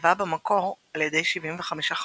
הורכבה במקור על ידי 75 חברים,